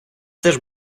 теж